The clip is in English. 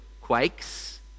quakes